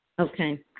Okay